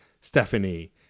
stephanie